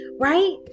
right